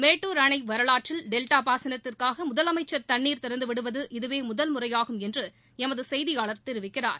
மேட்டுர் அணை வரவாற்றில் டெல்டா பாசனத்திற்காக முதலமைச்சா் தண்ணீர் திறந்து விடுவது இதுவே முதல் முறையாகும் என்று எமது செய்தியாளர் தெரிவிக்கிறார்